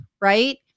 right